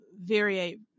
vary